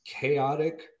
chaotic